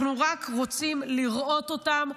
אנחנו רק רוצים לראות אותם,